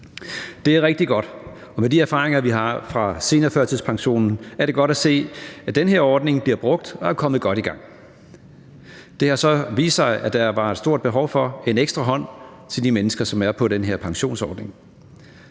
Det er rigtig godt. Og med de erfaringer, vi har fra seniorførtidspensionen, er det godt at se, at den her ordning bliver brugt og er kommet godt i gang. Det har så vist sig, at der var et stort behov for en ekstra hånd til de mennesker, som er på den her pensionsordning.